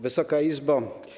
Wysoka Izbo!